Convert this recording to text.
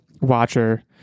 watcher